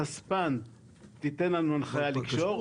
רספ"ן תיתן לנו הנחיה לקשור,